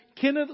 Kenneth